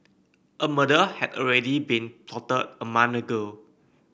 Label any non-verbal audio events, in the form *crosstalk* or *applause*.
a murder had already been plotted a month *unintelligible*